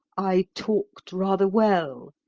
i talked rather well.